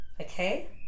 okay